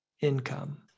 income